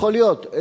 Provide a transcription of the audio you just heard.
יכול להיות.